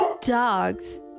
dogs